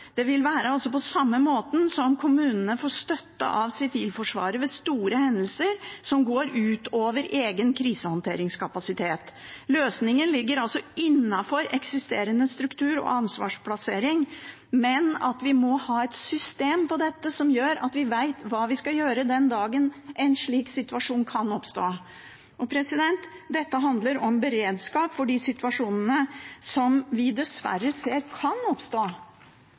vil være på den samme måten som når kommunene får støtte av Sivilforsvaret ved store hendelser som går utover egen krisehåndteringskapasitet. Løsningen ligger altså innenfor en eksisterende struktur og ansvarsplassering, men vi må ha et system for dette som gjør at vi vet hva vi skal gjøre den dagen en slik situasjon oppstår. Dette handler om beredskap for de situasjonene som vi dessverre ser kan oppstå.